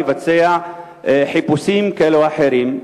בין הזכות הלגיטימית של המשטרה לבצע חיפושים כאלה או אחרים,